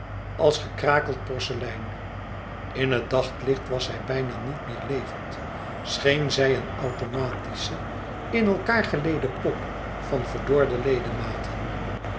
als gekrakeld porcelein in het daglicht was zij bijna niet meer levend scheen zij een automatische in elkaâr geleede pop van verdorde ledematen